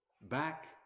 back